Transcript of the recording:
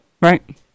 Right